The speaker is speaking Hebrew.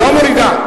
לא מורידה?